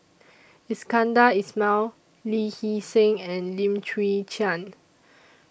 Iskandar Ismail Lee Hee Seng and Lim Chwee Chian